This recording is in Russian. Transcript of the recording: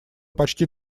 почти